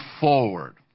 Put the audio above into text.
forward